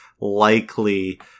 likely